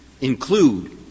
include